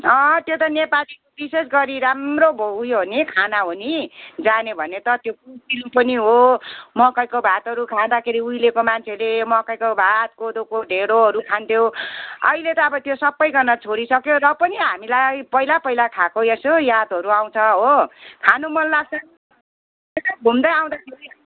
अँ त्यो त नेपालीको विशेष गरी राम्रो उयो हो नि खाना हो नि जान्यो भने त त्यो पोसिलो पनि हो मकैको भातहरू खाँदाखेरि उहिलेको मान्छेहरूले मकैको भात कोदोको ढिँडोहरू खान्थ्यो अहिले त अब त्यो सबैजना छोडिसक्यो र पनि हामीलाई पहिला पहिला खाएको यसो यादहरू आउँछ हो खानु मनलाग्छ यसो घुम्दै आउँदाखेरि